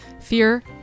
Fear